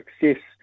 success